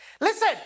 Listen